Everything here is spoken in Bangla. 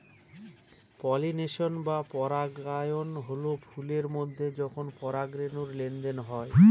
পলিনেশন বা পরাগায়ন হল ফুলের মধ্যে যখন পরাগরেনুর লেনদেন হয়